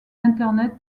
internet